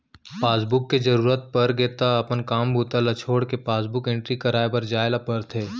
passbook के कभू जरूरत परगे त अपन काम बूता ल छोड़के पासबुक एंटरी कराए बर जाए ल परथे